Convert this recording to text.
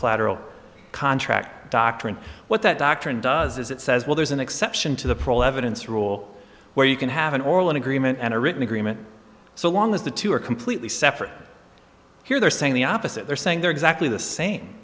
collateral contract doctrine what that doctrine does is it says well there's an exception to the pro level where you can have an oral agreement and a written agreement so long as the two are completely separate here they're saying the opposite they're saying they're exactly the same